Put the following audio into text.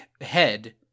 head